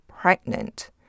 pregnant